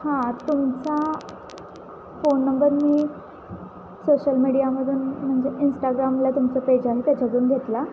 हां तुमचा phone number मी सोशल मीडियामधून म्हणजे इंस्टाग्रामला तुमचं पेज आहे ना त्याच्यातून घेतला